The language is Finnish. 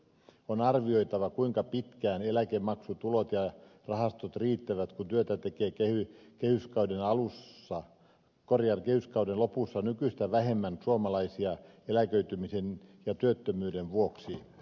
on arvioitava kuinka pitkään eläkemaksutulot ja rahastot riittävät kun työtä tekee kehyskauden lopussa nykyistä vähemmän suomalaisia eläköitymisen ja työttömyyden vuoksi